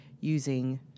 using